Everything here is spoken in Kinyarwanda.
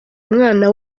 umwana